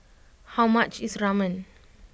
how much is Ramen